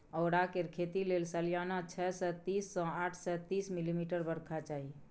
औरा केर खेती लेल सलियाना छअ सय तीस सँ आठ सय तीस मिलीमीटर बरखा चाही